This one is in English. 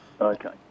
Okay